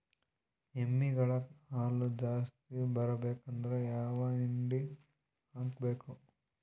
ಎಮ್ಮಿ ಗಳ ಹಾಲು ಜಾಸ್ತಿ ಬರಬೇಕಂದ್ರ ಯಾವ ಹಿಂಡಿ ಹಾಕಬೇಕು?